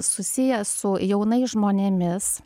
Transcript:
susiję su jaunais žmonėmis